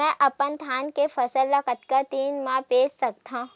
मैं अपन धान के फसल ल कतका दिन म बेच सकथो?